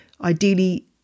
Ideally